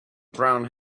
brown